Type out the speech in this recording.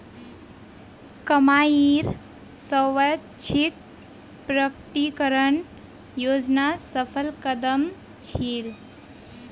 कमाईर स्वैच्छिक प्रकटीकरण योजना सफल कदम छील